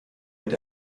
mit